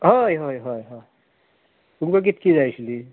हय हय हय हय तुमकां कितकी जाय आशिल्ली